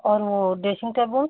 और वह dressing table